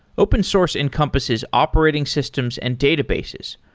open source encompasses operating systems and databases.